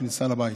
בכניסה לבית.